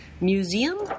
museum